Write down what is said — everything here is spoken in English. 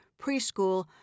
preschool